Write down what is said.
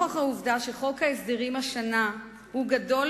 נוכח העובדה שחוק ההסדרים השנה הוא גדול